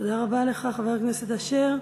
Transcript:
תודה רבה לך, חבר הכנסת אשר.